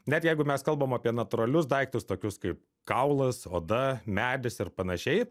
net jeigu mes kalbam apie natūralius daiktus tokius kaip kaulas oda medis ir panašiai